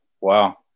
Wow